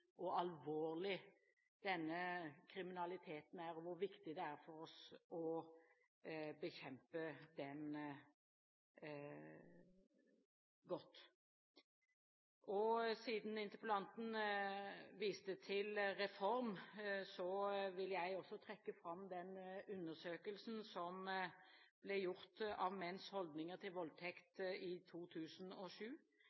og alvorlig denne kriminaliteten er, og hvor viktig det er for oss å bekjempe den godt. Siden interpellanten viste til Reform, vil jeg også trekke fram den undersøkelsen som ble gjort i 2007 om menns holdninger til